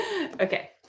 Okay